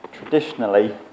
traditionally